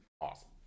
awesome